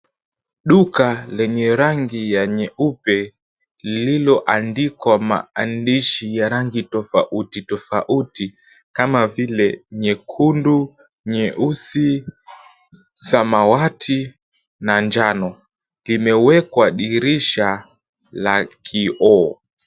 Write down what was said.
Duka lenye rangi ya nyeupe, lililoandikwa maandishi ya rangi tofauti tofauti kama vile nyekundu, nyeusi, samawati na njano, limewekwa dirisha la kioo.